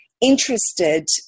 interested